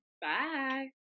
bye